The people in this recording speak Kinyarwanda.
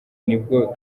nubwo